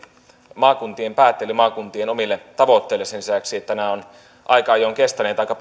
maakuntien päättäjille maakuntien omille tavoitteille sen lisäksi että nämä prosessit ovat aika ajoin kestäneet aika